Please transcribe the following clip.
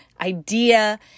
idea